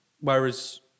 Whereas